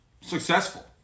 successful